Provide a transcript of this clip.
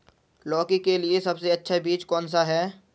लौकी के लिए सबसे अच्छा बीज कौन सा है?